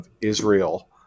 Israel